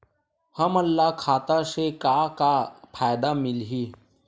हमन ला खाता से का का फ़ायदा मिलही?